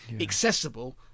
accessible